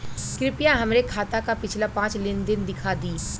कृपया हमरे खाता क पिछला पांच लेन देन दिखा दी